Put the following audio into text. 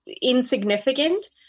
insignificant